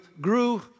grew